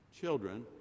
Children